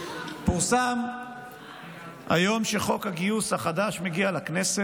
פורסם היום שחוק הגיוס החדש מגיע לכנסת,